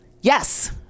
Yes